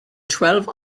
twelve